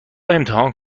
امتحان